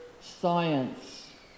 science